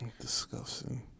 Disgusting